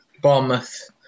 Bournemouth